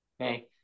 Okay